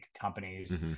companies